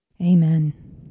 Amen